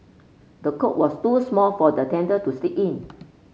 the cot was too small for the tender to sleep in